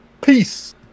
peace